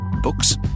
Books